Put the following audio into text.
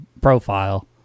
profile